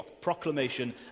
proclamation